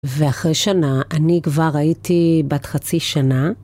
ואחרי שנה, אני כבר הייתי בת חצי שנה.